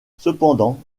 cependant